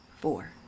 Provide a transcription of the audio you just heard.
Four